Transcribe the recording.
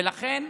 ולכן,